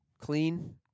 clean